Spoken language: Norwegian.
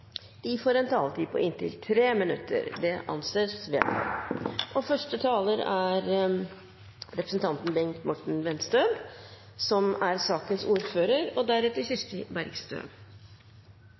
får en taletid på inntil 3 minutter. – Det anses vedtatt. Første taler er